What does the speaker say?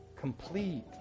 complete